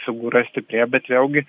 figūra stiprėja bet vėlgi